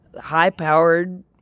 high-powered